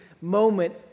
moment